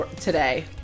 today